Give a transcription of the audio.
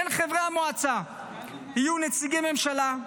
בין חברי המועצה יהיו נציגי ממשלה,